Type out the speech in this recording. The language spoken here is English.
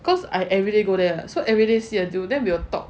cause I everyday go there so everyday see do then we will talk